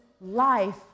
life